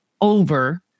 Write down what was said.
over